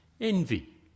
Envy